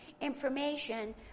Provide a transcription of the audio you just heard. information